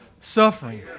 suffering